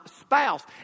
spouse